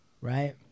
right